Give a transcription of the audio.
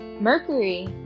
Mercury